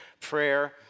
prayer